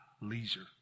leisure